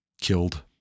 killed